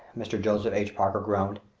mr. joseph h. parker groaned.